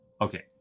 Okay